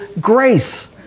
grace